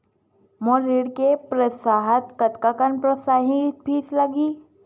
मोर ऋण के प्रोसेस म कतका प्रोसेसिंग फीस लगही?